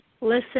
listen